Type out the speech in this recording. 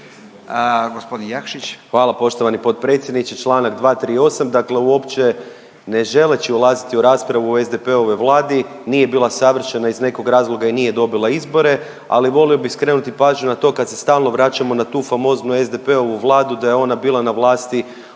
Hvala poštovani potpredsjedniče. Čl. 238. Dakle uopće ne želeći ulaziti u raspravu o SDP-ovoj Vladi, nije bila savršena iz nekog razloga i nije dobila izbore ali volio bi skrenuti pažnju na to kad se stalno vraćamo na tu famoznu SDP-ovu Vladu da je ona bila na vlasti